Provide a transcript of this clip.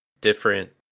different